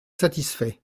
satisfaits